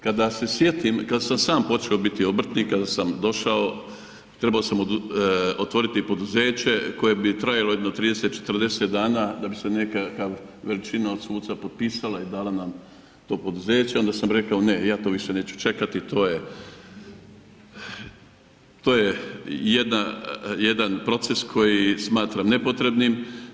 Kada se sjetim kada sam sam počeo biti obrtnik, kada sam došao trebao sam otvoriti poduzeće koje bi trajalo jedno 30, 40 dana da bi se nekakva veličina od suca potpisala i dala nam to poduzeće, onda sam rekao ne, ja to više neću čekati, to je jedan proces koji smatram nepotrebnim.